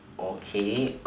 okay